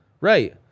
right